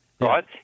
Right